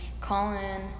Colin